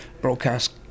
broadcast